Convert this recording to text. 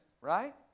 Right